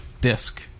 disk